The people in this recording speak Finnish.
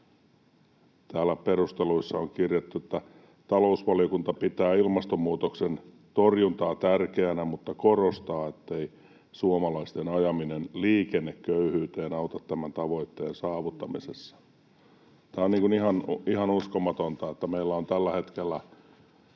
Täällä perusteluissa on kirjattu, että talousvaliokunta pitää ilmastonmuutoksen torjuntaa tärkeänä, mutta korostaa, ettei suomalaisten ajaminen liikenneköyhyyteen auta tämän tavoitteen saavuttamisessa. Tämä on ihan uskomatonta. Meillä on tällä hetkellä